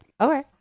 Okay